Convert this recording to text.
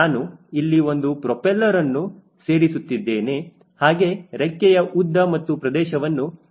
ನಾನು ಇಲ್ಲಿ ಒಂದು ಪ್ರೊಪೆಲ್ಲರ್ಅನ್ನು ಸೇರಿಸುತ್ತಿದ್ದೇನೆ ಹಾಗೆ ರೆಕ್ಕೆಯ ಉದ್ದ ಹಾಗೂ ಪ್ರದೇಶವನ್ನು ಗಮನಿಸಬಹುದು